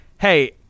hey